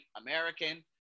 American